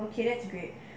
okay that's great